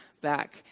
back